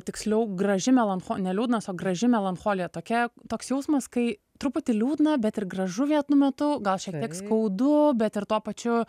tiksliau graži melancho ne liūdnas o graži melancholija tokia toks jausmas kai truputį liūdna bet ir gražu vienu metu gal šiek tiek skaudu bet ir tuo pačiu